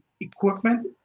equipment